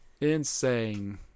Insane